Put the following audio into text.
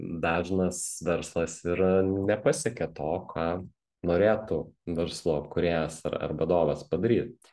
dažnas verslas ir nepasiekia to ką norėtų verslo kūrėjas ar ar vadovas padaryt